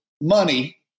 money